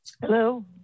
Hello